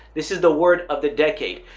this is the word of the decade.